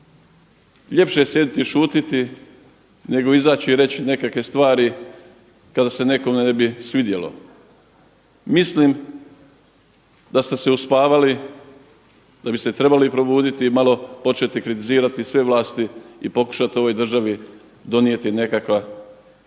Ljepše je sjediti i šutiti nego izaći i reći nekakve stvari kada se nekome ne bi svidjelo. Mislim da ste se uspavali, da bi se trebali probuditi i malo početi kritizirati sve vlasti i pokušati ovoj državi donijeti nekakvo dobro.